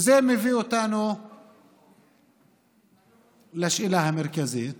וזה מביא אותנו לשאלה המרכזית